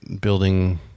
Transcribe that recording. building